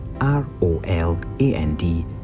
R-O-L-A-N-D